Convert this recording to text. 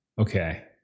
Okay